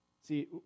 See